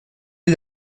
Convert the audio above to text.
est